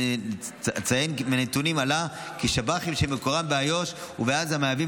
אציין כי מהנתונים עלה כי שב"חים שמקורם באיו"ש ובעזה מהווים